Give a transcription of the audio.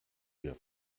wir